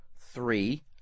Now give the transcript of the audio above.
three